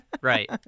Right